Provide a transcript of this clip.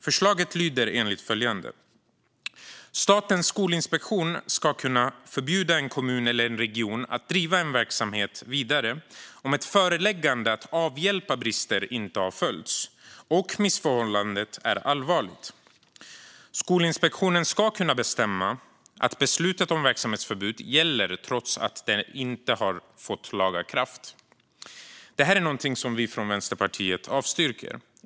Förslaget i propositionen lyder enligt följande: "Statens skolinspektion ska kunna förbjuda en kommun eller en region att driva en verksamhet vidare, om ett föreläggande att avhjälpa brister inte har följts, och missförhållandet är allvarligt. Skolinspektionen ska kunna bestämma att beslutet om verksamhetsförbud gäller trots att det inte har fått laga kraft." Det här är något som vi i Vänsterpartiet avstyrker.